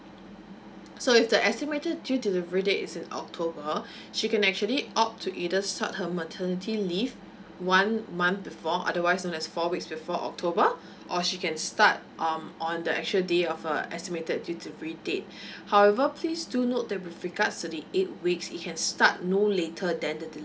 so if the estimated due delivery date is in october she can actually opt to either start her maternity leave one month before otherwise as soon as four weeks before october or she can start um on the actual day of her estimated due delivery date however please do note that with regards to the eight weeks you can start no later than the delivery